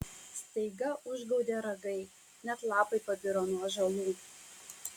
staiga užgaudė ragai net lapai pabiro nuo ąžuolų